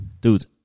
Dude